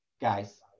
guys